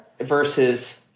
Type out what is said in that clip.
versus